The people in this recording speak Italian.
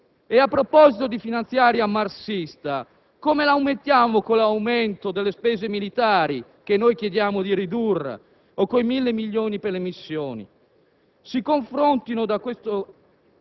E, a proposito di "finanziaria marxista", come la mettiamo con l'aumento delle spese militari che noi chiediamo di ridurre o con i 1.000 milioni di euro previsti per le missioni? Si confrontino, da questo